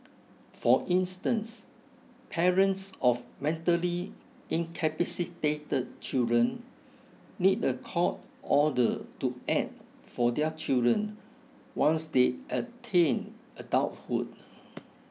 for instance parents of mentally incapacitated children need a court order to act for their children once they attain adulthood